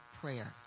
prayer